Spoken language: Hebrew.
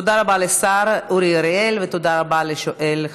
תודה רבה לשר אורי אריאל ותודה רבה לשואל,